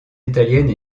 italienne